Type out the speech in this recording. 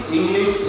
English